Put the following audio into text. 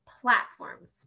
platforms